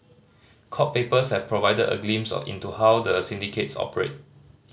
court papers have provided a glimpse into how the syndicates operate